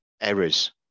errors